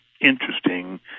interesting